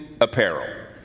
apparel